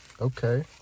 Okay